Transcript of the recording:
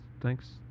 thanks